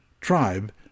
tribe